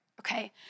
okay